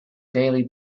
daily